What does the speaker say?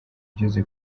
ugeze